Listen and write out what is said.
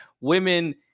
women